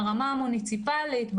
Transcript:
ברמה המוניציפלית,